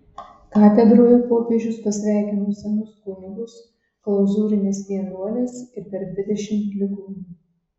katedroje popiežius pasveikino senus kunigus klauzūrines vienuoles ir per dvidešimt ligonių